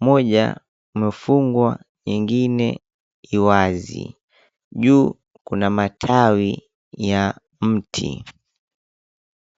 moja umefungwa ingine i wazi. Juu kuna matawi ya mti.